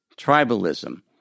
tribalism